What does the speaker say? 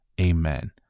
Amen